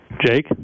Jake